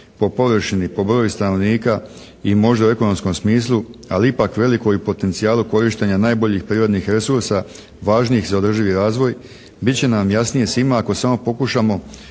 po površini i po broju stanovnika i možda u ekonomskoj smislu ali ipak velikoj u potencijalu korištenja najboljih prirodnih resursa važnih za održivi razvoj, bit će nam jasnije svima ako samo pokušamo